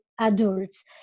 adults